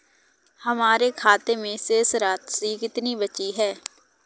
हमारे खाते में शेष राशि कितनी बची है?